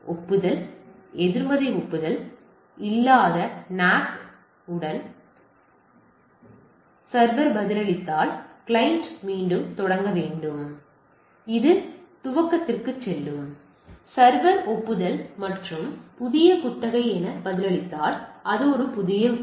ஒப்புதல் எதிர்மறை ஒப்புதல் இல்லாத NACK உடன் சர்வர் பதிலளித்தால் கிளையன் மீண்டும் தொடங்க வேண்டும் அது துவக்கத்திற்கு செல்லும் எனவே சர்வர் ஒப்புதல் மற்றும் புதிய குத்தகை என பதிலளித்தால் அது புதிய குத்தகை